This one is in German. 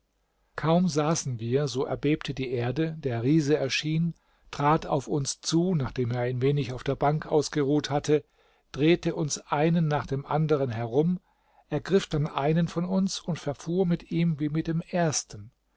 kaum saßen wir so erbebte die erde der riese erschien trat auf uns zu nachdem er ein wenig auf der bank ausgeruht hatte drehte uns einen nach dem anderen herum ergriff dann einen von uns und verfuhr mit ihm wie mit dem ersten